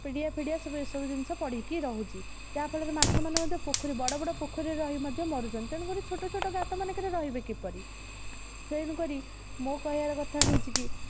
ପିଡ଼ିଆ ଫିଡ଼ିଆ ସବୁ ଏସବୁ ଜିନିଷ ପଡ଼ିକି ରହୁଛି ଯାହା ଫଳରେ ମାଛ ମାନେ ମଧ୍ୟ ପୋଖରୀ ବଡ଼ବଡ଼ ପୋଖରୀ ରହି ମଧ୍ୟ ମରୁଛନ୍ତି ତେଣୁ କରି ଛୋଟ ଛୋଟ ଗାତମାନଙ୍କରେ ରହିବେ କିପରି ତେଣୁ କରି ମୋ କହିବା କଥା ହେଉଛି କି